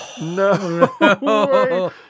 no